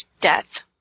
death